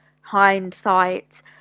hindsight